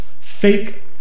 fake